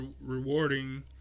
rewarding